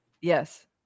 Yes